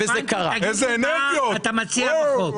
תגיד לי מה אתה מציע בחוק.